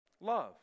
Love